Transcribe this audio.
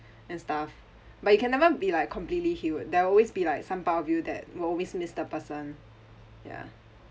and stuff but you can never be like completely healed there always be like some part of you that will always miss the person ya